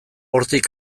hortik